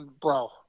bro